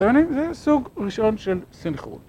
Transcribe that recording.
זה סוג הראשון של סינכרון.